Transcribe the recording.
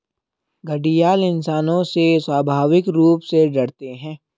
घड़ियाल इंसानों से स्वाभाविक रूप से डरते है